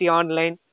online